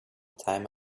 time